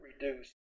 reduce